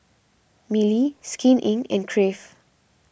Mili Skin Inc and Crave